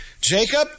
Jacob